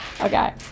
Okay